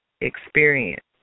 experience